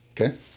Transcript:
Okay